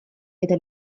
eta